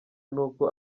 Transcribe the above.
n’uko